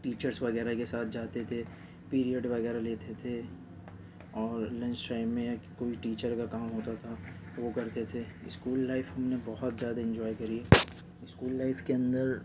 teachers وغیرہ کے ساتھ جاتے تھے پیریڈ وغیرہ لیتے تھے اور لنچ ٹائم میں کوئی ٹیچر اگر کام ہوتا تھا تو وہ کرتے تھے اسکول لائف ہم نے بہت زیادہ انجوائے کری ہے اسکول لائف کے اندر